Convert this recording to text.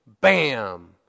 Bam